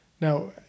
Now